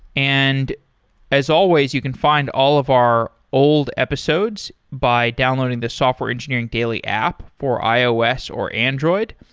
and as always you can find all of our old episodes by downloading the software engineering daily app for ios or android.